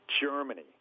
Germany